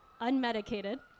unmedicated